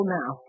now